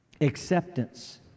acceptance